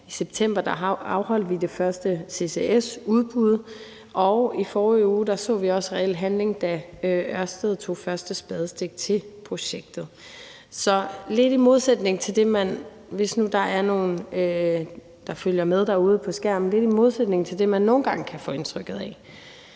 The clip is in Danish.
I september afholdt vi det første ccs-udbud, og i forrige uge så vi også reel handling, da Ørsted tog første spadestik til projektet. Hvis nu der er nogen, der følger med